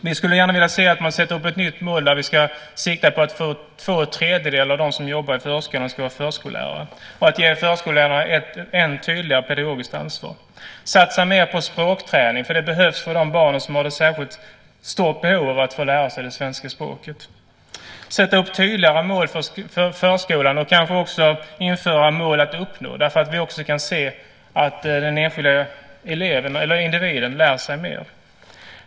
Vi skulle gärna se att man satte upp ett nytt mål med sikte på att två tredjedelar av dem som jobbar i förskolan ska vara förskollärare och att förskollärarna ges ett än tydligare pedagogiskt ansvar. Det handlar om att satsa mer på språkträning. Det behövs för de barn som har särskilt stort behov av att få lära sig det svenska språket. Det handlar om att sätta upp tydligare mål för förskolan och kanske också införa mål att uppnå så att vi kan se att den enskilda individen lär sig mer.